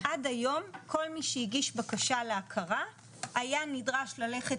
עד היום כל מי שהגיש בקשה להכרה היה נדרש ללכת